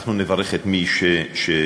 אנחנו נברך את מי שנמצא.